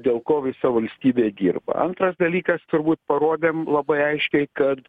dėl ko visa valstybė dirba antras dalykas turbūt parodėm labai aiškiai kad